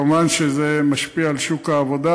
מובן שזה משפיע על שוק העבודה,